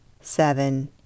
seven